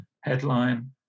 headline